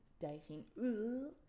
dating